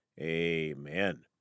amen